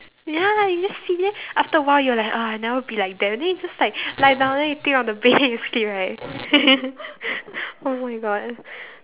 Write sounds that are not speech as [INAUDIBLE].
ya you just see after a while you're like !ah! I'll never be like them then you just like lie down then you think on the bed then you sleep right [LAUGHS] oh-my-God